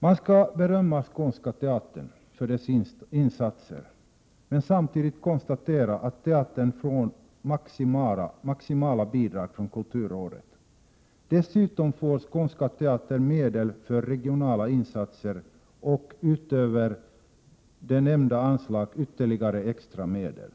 Man skall berömma Skånska teatern för dess insatser men samtidigt konstatera att teatern får maximala bidrag från kulturrådet. Dessutom får Skånska teatern medel för regionala insatser och utöver nämnda anslag ytterligare extra medel.